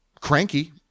cranky